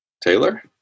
Taylor